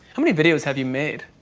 how many videos have you made?